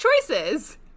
choices